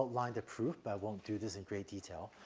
like the proof, but i won't do this in great detail.